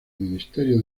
ministerio